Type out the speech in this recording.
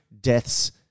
deaths